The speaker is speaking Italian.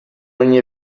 ogni